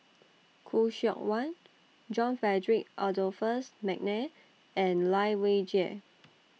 Khoo Seok Wan John Frederick Adolphus Mcnair and Lai Weijie